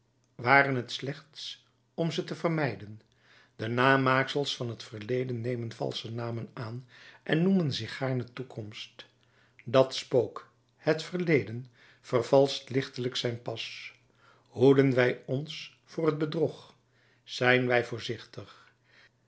ware het slechts om ze te vermijden de namaaksels van het verleden nemen valsche namen aan en noemen zich gaarne toekomst dat spook het verleden vervalscht lichtelijk zijn pas hoeden wij ons voor het bedrog zijn wij voorzichtig